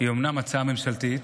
אומנם הצעה ממשלתית,